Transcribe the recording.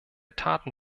taten